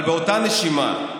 אבל באותה נשימה,